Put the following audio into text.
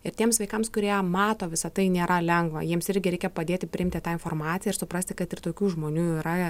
ir tiems vaikams kurie mato visa tai nėra lengva jiems irgi reikia padėti priimti tą informaciją ir suprasti kad ir tokių žmonių yra